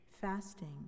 fasting